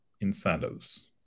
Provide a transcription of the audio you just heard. incentives